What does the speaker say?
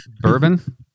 Bourbon